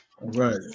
right